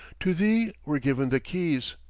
to thee were given the keys.